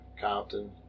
Compton